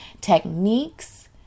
techniques